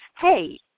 Hey